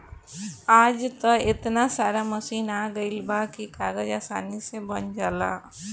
आज त एतना सारा मशीन आ गइल बा की कागज आसानी से बन जाला